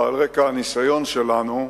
ועל רקע הניסיון שלנו,